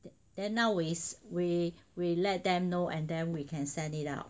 then then now is we we let them know and then we can send it out